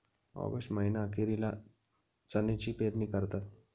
August महीना अखेरीला चण्याची पेरणी करतात